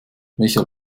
welcher